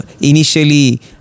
initially